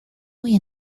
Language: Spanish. muy